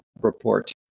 report